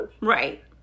Right